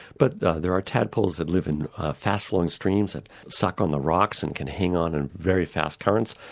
but there are tadpoles that live in fast-flowing streams and suck on the rocks and can hang on in very fast currents.